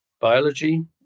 biology